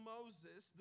Moses